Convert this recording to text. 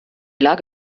lage